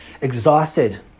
exhausted